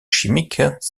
chimiques